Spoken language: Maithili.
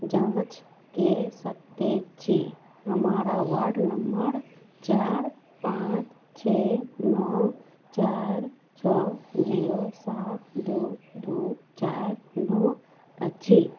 जाँच कए सकैत छी हमारा वार्ड नम्बर चारि पाँच छे नओ चारि छओ जीरो सात दू दू चारि नओ अछि